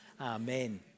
Amen